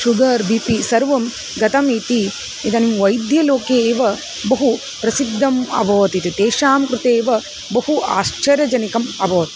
sugar B P सर्वं गतमिति इदं वैद्यलोके एव बहु प्रसिद्धम् अभवत् इति तेषां कृते एव बहु आश्चर्यजनकम् अभवत्